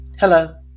Hello